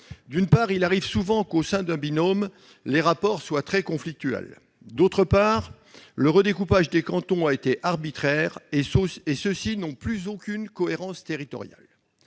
D'une part, il arrive souvent qu'au sein d'un binôme les rapports soient très conflictuels. D'autre part, le redécoupage des cantons a été arbitraire et ceux-ci n'ont plus aucune cohérence territoriale.